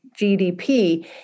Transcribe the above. GDP